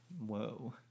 Whoa